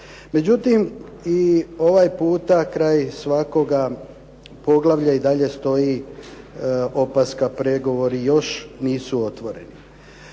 Međutim, i ovaj puta kraj svakoga poglavlja i dalje stoji opaska pregovori još nisu otvoreni.